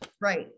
right